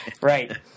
Right